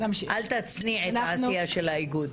אל תצניעי את העשייה של האיגוד.